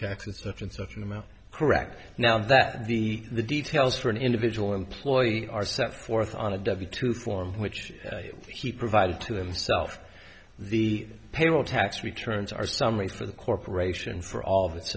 and such and such an amount correct now that the the details for an individual employee are set forth on a debit to form which he provided to himself the payroll tax returns are summary for the corporation for all of its